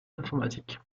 d’informatique